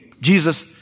Jesus